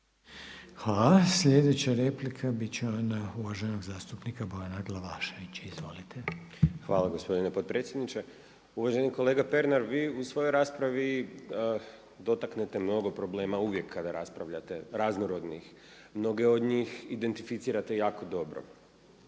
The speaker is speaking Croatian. Hvala. Slijedeća replika bit će ona uvaženog zastupnika Bojana Glavaševića. Izvolite. **Glavašević, Bojan (SDP)** Hvala gospodine potpredsjedniče. Uvaženi kolega Pernar vi u svojoj raspravi dotaknete mnogo problema uvijek kada raspravljate, raznorodnih. Mnoge od njih identificirate jako dobro.